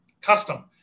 custom